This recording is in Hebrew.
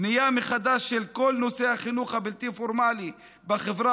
בנייה מחדש של כל נושא החינוך הבלתי-פורמלי בחברה